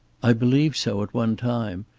i believe so, at one time.